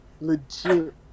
legit